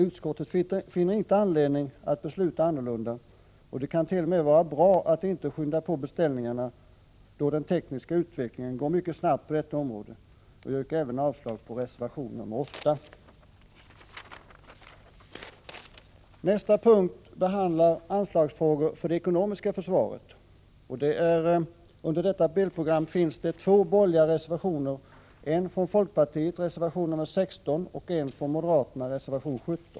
Utskottet finner inte anledning att besluta annorlunda. Det kan t.o.m. vara bra att inte skynda på beställningarna, då den tekniska utvecklingen går mycket snabbt på detta område. Jag yrkar avslag även på reservation 8. Nästa punkt behandlar anslagsfrågor för det ekonomiska försvaret. Under detta delprogram finns det två borgerliga reservationer, nr 16 från folkpartiet och nr 17 från moderaterna.